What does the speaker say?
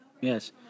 yes